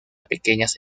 pequeñas